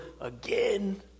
again